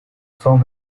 from